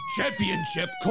Championship